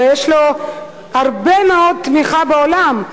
ויש לו הרבה מאוד תמיכה בעולם,